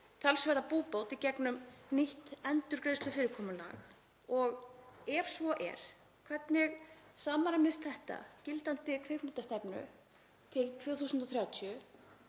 talsverða búbót í gegnum nýtt endurgreiðslufyrirkomulag? Ef svo er, hvernig samræmist það gildandi kvikmyndastefnu til 2030